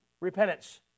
repentance